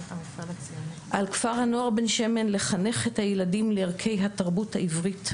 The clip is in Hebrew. על כפר הנוער בן שמן לחנך את הילדים לערכי התרבות העברית,